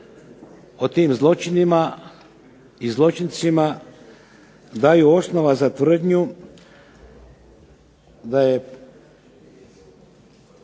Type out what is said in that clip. o tim zločinima i zločincima daju osnova za tvrdnju da su